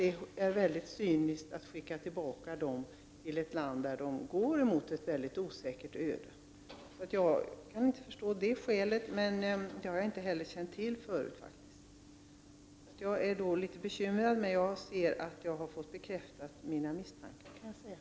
Det är väldigt cyniskt att skicka tillbaka dem till ett land där de går emot ett osäkert öde. Jag kan inte förstå sådana skäl, och jag har faktiskt inte känt till dem förut. Jag är litet bekymrad när jag ser att jag har fått mina misstankar bekräftade.